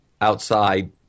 outside